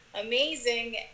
amazing